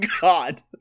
god